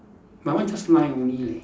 mine one just line only leh